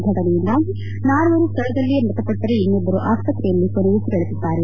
ಫಟನೆಯಿಂದಾಗಿ ನಾಲ್ವರು ಸ್ಥಳದಲ್ಲೇ ಮೃತಪಟ್ಟರೆ ಇನ್ನಿಟ್ಟರು ಆಸ್ಪತ್ರೆಯಲ್ಲಿ ಕೊನೆಯುಸಿರೆಳೆದಿದ್ದಾರೆ